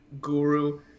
Guru